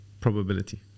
probability